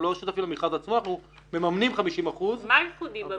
אנחנו לא שותפים למכרז עצמו,